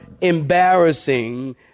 embarrassing